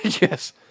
Yes